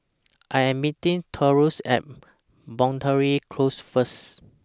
I Am meeting Taurus At Boundary Close First